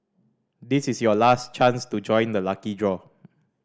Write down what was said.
this is your last chance to join the lucky draw